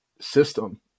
system